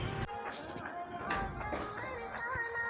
online लोग दूसरा के अकाउंटवे हैक कर लेत बाटे